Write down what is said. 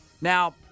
Now